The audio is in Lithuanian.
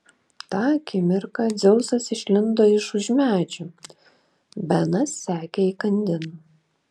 tą akimirką dzeusas išlindo iš už medžių benas sekė įkandin